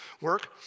work